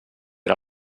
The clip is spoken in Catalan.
era